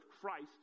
Christ